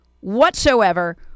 whatsoever